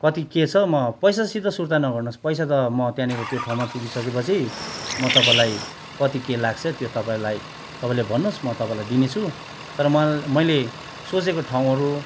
कति के छ म पैसासित सुर्ता नगर्नुहोस् पैसा त म त्यहाँनिर त्यो ठाउँमा पुगिसकेपछि म तपाईँलाई कति के लाग्छ त्यो तपाईँलाई तपाईँले भन्नुहोस् म तपाईँलाई दिनेछु तर मल मैले सोचेको ठाउँहरू